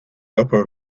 upper